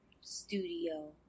studio